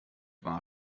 war